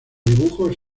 dibujos